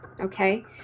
okay